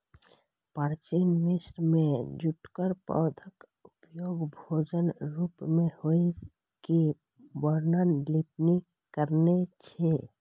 प्राचीन मिस्र मे जूटक पौधाक उपयोग भोजनक रूप मे होइ के वर्णन प्लिनी कयने छै